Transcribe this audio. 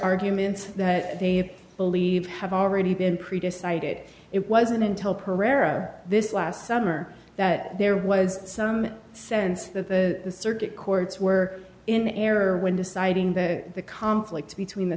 arguments that they believe have already been pre decided it wasn't until pereira this last summer that there was some sense that the circuit courts were in error when deciding that the conflict between the